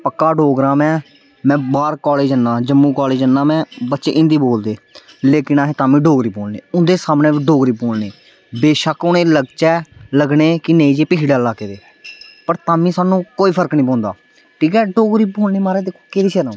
पक्का डोगरा में मैं बाहर कालेज जन्ना जम्मू कॉलेज जन्ना में बच्चे हिंदी बोलदे लेकिन अहें तां मीं डोगरी बोलने उन्दे सामने बी डोगरी बोलने बेशक्क उनेंगी लग्गचै लग्गने की नेई जी पिच्छड़ा इलाके दे पर तां मीं साह्नू कोई फर्क नी पौंदा ठीक ऐ डोगरी बोलने च महाराज केह्दी शर्म